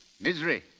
misery